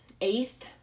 eighth